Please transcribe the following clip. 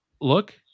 look